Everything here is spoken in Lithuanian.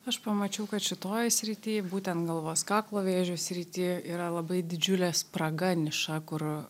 aš pamačiau kad šitoj srity būtent galvos kaklo vėžio srity yra labai didžiulė spraga niša kur